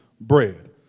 bread